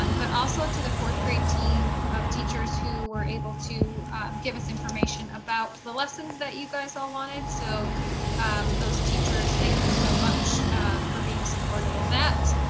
um but also to the fourth grade team of teachers who were able to give us information about the lessons that you guys all wanted. so those teachers, thank you so much for being supportive of that.